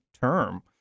term